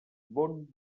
bon